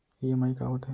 EMI का होथे?